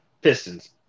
Pistons